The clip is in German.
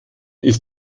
ist